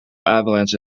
avalanche